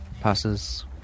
Passes